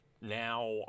now